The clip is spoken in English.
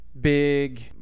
big